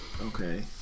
okay